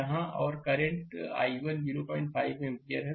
यहाँ और current i1 05 ampere है